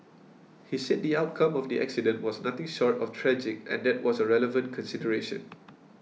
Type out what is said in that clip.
he said the outcome of the accident was nothing short of tragic and that was a relevant consideration